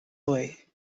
away